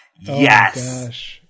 Yes